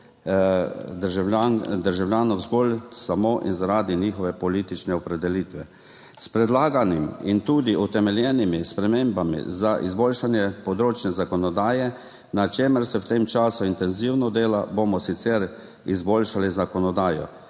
državljanov zgolj samo in zaradi njihove politične opredelitve. S predlaganim in tudi utemeljenimi spremembami za izboljšanje področne zakonodaje - na čemer se v tem času intenzivno dela - bomo sicer izboljšali zakonodajo,